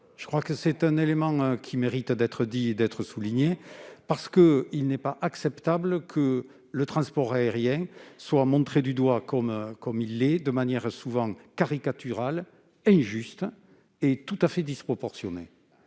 de ses propos. Cela mérite d'être souligné, parce qu'il n'est pas acceptable que le transport aérien soit montré du doigt comme il l'est, de manière souvent caricaturale, injuste et tout à fait disproportionnée.